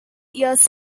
ears